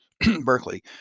Berkeley